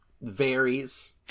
varies